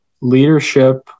leadership